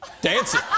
Dancing